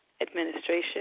administration